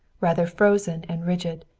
rather frozen and rigid,